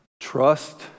trust